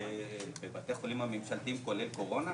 בבתי החולים הממשלתיים, כולל קורונה?